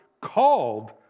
called